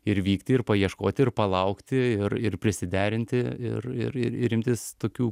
ir vykti ir paieškoti ir palaukti ir ir prisiderinti ir ir ir imtis tokių